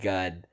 God